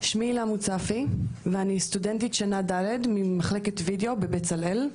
שמי הילה מוצפי ואני סטודנטית שנה ד' במחלקת וידיאו בבצלאל.